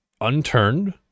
unturned